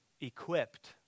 equipped